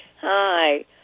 Hi